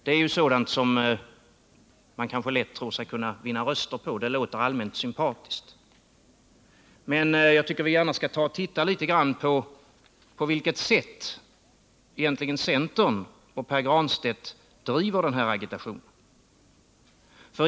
Det är sådant som man tror sig vinna röster på — det låter allmänt sympatiskt. Men det finns skäl att granska på vilket sätt centern och Pär Granstedt driver den här agitationen.